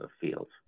fields